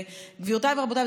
וגבירותיי ורבותיי,